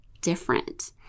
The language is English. different